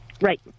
right